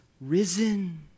risen